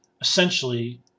Essentially